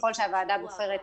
ככל שהוועדה בוחרת